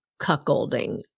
cuckolding